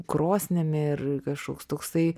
krosnimi ir kažkoks toksai